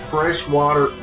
Freshwater